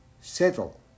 settle